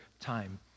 time